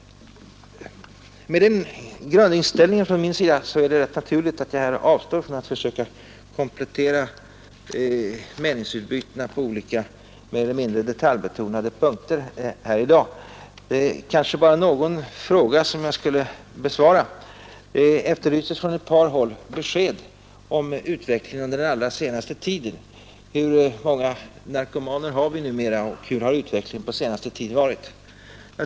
Med den grundinställningen från min sida är det rätt naturligt att jag avstår från att försöka komplettera meningsutbytena på olika mer eller mindre detaljbetonade punkter här i dag. Det är kanske bara någon fråga som jag borde besvara. Det efterlystes från ett par håll besked om utvecklingen under den allra senaste tiden. Hur många narkomaner har vi numera? Och hur har utvecklingen på senaste tiden varit?